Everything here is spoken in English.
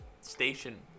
station